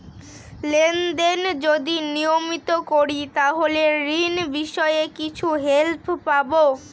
Lane দেন যদি নিয়মিত করি তাহলে ঋণ বিষয়ে কিছু হেল্প পাবো?